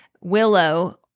Willow